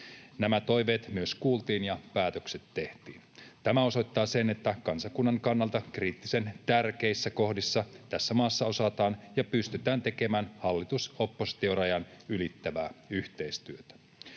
Nämä toiveet myös kuultiin ja päätökset tehtiin. Tämä osoittaa sen, että kansakunnan kannalta kriittisen tärkeissä kohdissa tässä maassa osataan ja pystytään tekemään hallitus—oppositio-rajan ylittävää yhteistyötä.